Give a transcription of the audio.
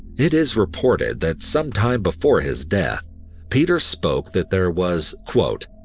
it is reported that sometime before his death peter spoke that there was, quote,